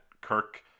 Kirk